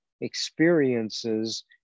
experiences